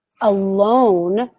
alone